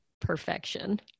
Perfection